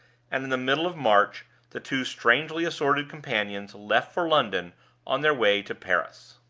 and in the middle of march the two strangely assorted companions left for london on their way to paris.